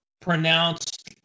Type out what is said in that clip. pronounced